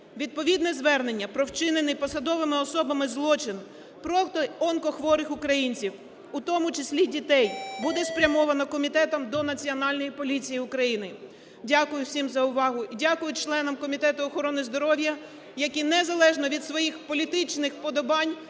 Відповідне звернення про вчинений посадовими особами злочин проти онкохворих українців, у тому числі дітей, буде спрямовано комітетом до Національної поліції України. Дякую всім за увагу, дякую членам Комітету охорони здоров'я, які незалежно від своїх політичних вподобань,